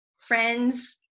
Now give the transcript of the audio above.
friends